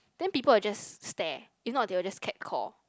then people will just stare if not they will just cat call